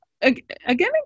Again